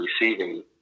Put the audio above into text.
receiving